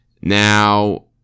Now